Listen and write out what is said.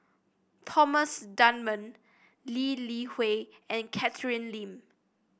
Thomas Dunman Lee Li Hui and Catherine Lim